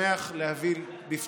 חבר הכנסת שמחה רוטמן, רשות הדיבור שלך.